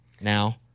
now